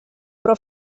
però